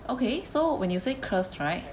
okay so when you say cursed right